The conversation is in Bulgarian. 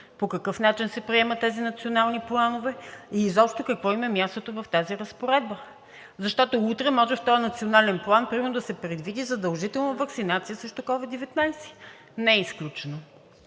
По какъв начин се приемат тези национални планове и изобщо какво им е мястото в тази разпоредба, защото утре може в този национален план примерно да се предвиди задължителна ваксинация срещу COVID-19? Не е изключено.